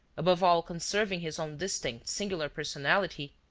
above all conserving his own distinct, singular personality.